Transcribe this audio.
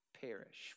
perish